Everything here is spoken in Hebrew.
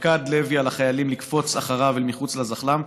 פקד לוי על החיילים לקפוץ אחריו אל מחוץ לזחל"ם,